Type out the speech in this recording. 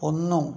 ഒന്ന്